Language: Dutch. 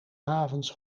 havens